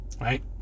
Right